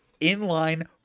inline